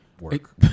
work